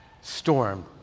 storm